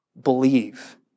believe